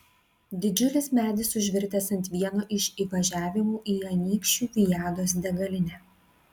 didžiulis medis užvirtęs ant vieno iš įvažiavimų į anykščių viados degalinę